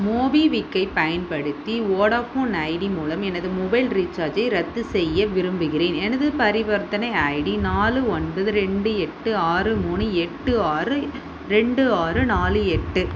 மோபிக்விக்கைப் பயன்படுத்தி Vodafone ID மூலம் எனது மொபைல் ரீசார்ஜை ரத்து செய்ய விரும்புகிறேன் எனது பரிவர்த்தனை ஐடி நாலு ஒன்பது ரெண்டு எட்டு ஆறு மூணு எட்டு ஆறு ரெண்டு ஆறு நாலு எட்டு